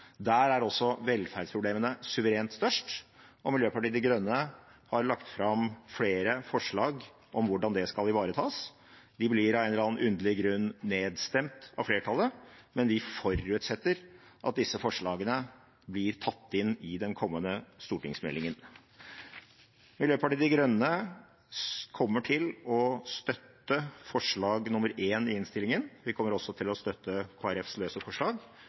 Der er også velferdsproblemene suverent størst, og Miljøpartiet De Grønne har lagt fram flere forslag om hvordan det skal ivaretas. De blir av en eller annen underlig grunn nedstemt av flertallet, men vi forutsetter at disse forslagene blir tatt inn i den kommende stortingsmeldingen. Miljøpartiet De Grønne kommer til å støtte forslag nr. 1 i innstillingen. Vi kommer også til å støtte Kristelig Folkepartis løse forslag,